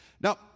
Now